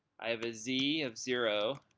i have a z of zero